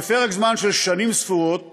בפרק זמן של שנים ספורות